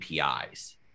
apis